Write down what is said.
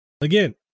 Again